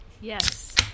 Yes